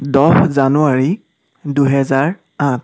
দহ জানুৱাৰী দুহেজাৰ আঠ